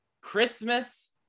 Christmas